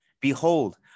Behold